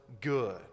good